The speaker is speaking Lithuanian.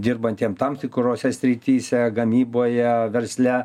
dirbantiem tam tikrose srityse gamyboje versle